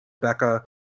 Becca